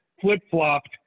flip-flopped